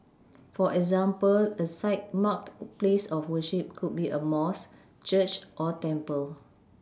for example a site marked place of worship could be a mosque church or temple